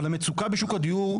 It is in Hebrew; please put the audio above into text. אבל המצוקה בשוק הדיור,